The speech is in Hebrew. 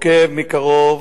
עוקב מקרוב.